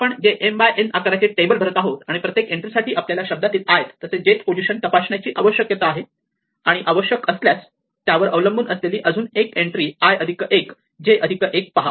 आपण जे m by n आकाराचे टेबल भरत आहोत आणि प्रत्येक एंट्रीसाठी आपल्याला शब्दातील ith तसेच jth पोझिशन तपासण्याची आवश्यकता आहे आणि आवश्यक असल्यास त्यावर अवलंबून असलेली अजून एक एंट्री i अधिक 1 j अधिक 1 पहा